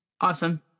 awesome